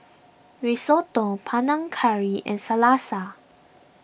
Risotto Panang Curry and Salsa